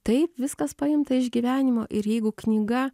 taip viskas paimta iš gyvenimo ir jeigu knyga